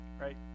right